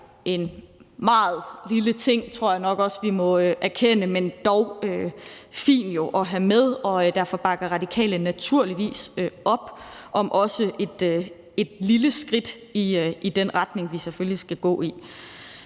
en meget lille ting, tror jeg nok også vi må erkende, men dog fin at have med, og derfor bakker Radikale naturligvis op om også et lille skridt i den retning, som vi selvfølgelig skal gå i.